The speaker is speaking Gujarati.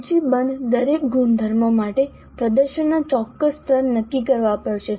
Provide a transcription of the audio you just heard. સૂચિબદ્ધ દરેક ગુણધર્મો માટે પ્રદર્શનના ચોક્કસ સ્તર નક્કી કરવા પડશે